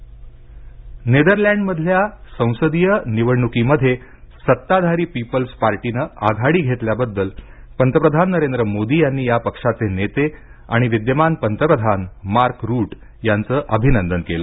Modi Mark Rutte नेदरलँड्समधल्या संसदीय निवडणुकीमध्ये सत्ताधारी पीपल्स पार्टीनं आघाडी घेतल्याबद्दल पंतप्रधान नरेंद्र मोदी यांनी या पक्षाचे नेते आणि विद्यमान पंतप्रधान मार्क रूट यांचं अभिनंदन केलं